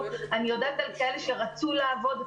אני יודעת על כאלה שרצו לעבוד.